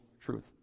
truth